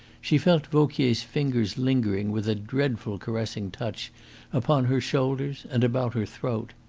she felt vauquier's fingers lingering with a dreadful caressing touch upon her shoulders and about her throat.